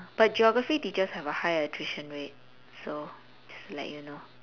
but geography teachers have a high attrition rate so just to let you know